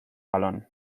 balón